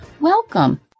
Welcome